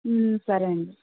సరే అండి